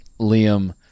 Liam